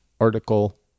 article